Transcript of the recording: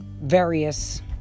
various